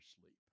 sleep